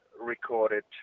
recorded